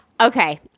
Okay